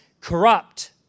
corrupt